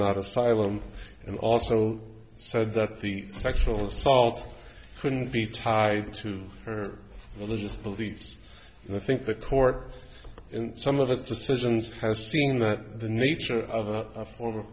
not asylum and also said that the sexual assault couldn't be tied to her religious beliefs and i think the court in some of its decisions has seen that the nature of a form of